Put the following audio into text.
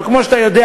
אבל כמו שאתה יודע,